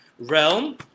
realm